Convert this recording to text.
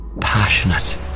passionate